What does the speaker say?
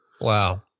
Wow